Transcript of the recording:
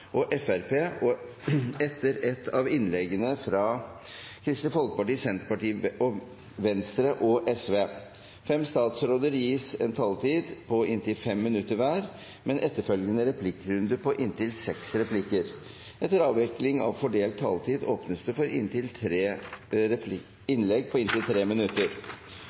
og Fremskrittspartiet og etter ett av innleggene fra Kristelig Folkeparti, Senterpartiet, Venstre og Sosialistisk Venstreparti. Fem statsråder gis en taletid på inntil 5 minutter hver, med en etterfølgende replikkrunde på inntil seks replikker. Etter avvikling av fordelt taletid åpnes det for innlegg på inntil 3 minutter.